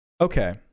Okay